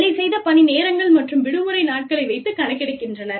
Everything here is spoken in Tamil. வேலை செய்த பணி நேரங்கள் மற்றும் விடுமுறை நாட்களை வைத்துக் கணக்கெடுக்கின்றனர்